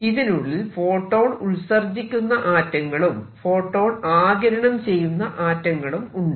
ഇതിനുള്ളിൽ ഫോട്ടോൺ ഉത്സർജ്ജിക്കുന്ന ആറ്റങ്ങളും ഫോട്ടോൺ ആഗിരണം ചെയ്യുന്ന ആറ്റങ്ങളും ഉണ്ട്